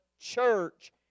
church